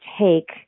take